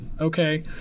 okay